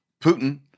Putin